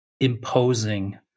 imposing